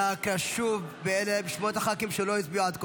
אנא קרא שוב את שמות הח"כים שלא הצביעו עד כה.